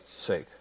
sake